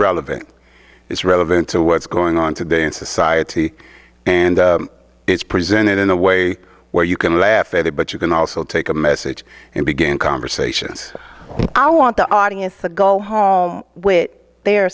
relevant it's relevant to what's going on today in society and it's presented in a way where you can laugh at it but you can also take a message and begin conversations i want the audience to go home with their